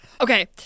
Okay